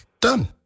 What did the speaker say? Done